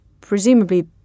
presumably